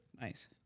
Nice